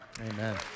Amen